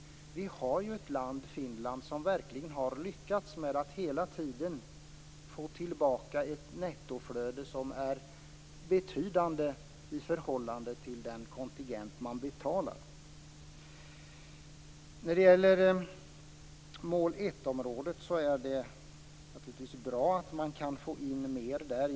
Det finns ett land, nämligen Finland, som verkligen har lyckats med att hela tiden få tillbaka ett nettoflöde som är betydande i förhållande till den kontingent man betalar. När det gäller mål 1-området är det naturligtvis bra att man kan få in mer där.